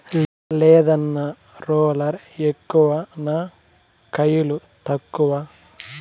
లేదన్నా, రోలర్ ఎక్కువ నా కయిలు తక్కువ